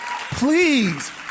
please